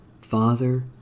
Father